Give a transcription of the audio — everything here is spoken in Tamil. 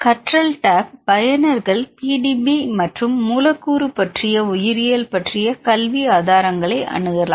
கற்றல் டேப் பயனர்கள் PDB மற்றும் மூலக்கூறு பற்றிய உயிரியல் பற்றிய கல்வி ஆதாரங்களை அணுகலாம்